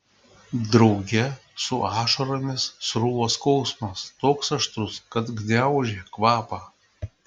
drauge su ašaromis sruvo skausmas toks aštrus kad gniaužė kvapą